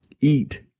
eat